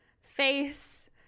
face